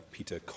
Peter